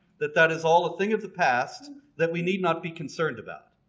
that that is all a thing of the past that we need not be concerned about.